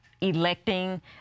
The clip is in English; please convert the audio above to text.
electing